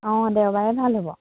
অঁ দেওবাৰে ভাল হ'ব